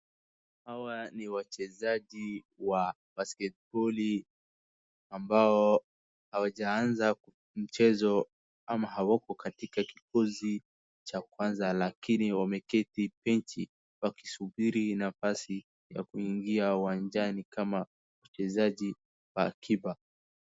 Hawa ni wachezaji wa basket boli , ambao hawajaanza mchezo, ama hawako katika kikosi cha kwanza, lakini wameketi benchi wakisubiri nafasi ya kuingia uwanjani kama wachezaji wa akiba.